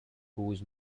whose